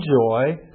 joy